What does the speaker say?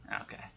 Okay